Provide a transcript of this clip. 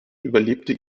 überlebte